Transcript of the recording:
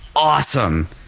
Awesome